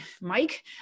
Mike